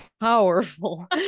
powerful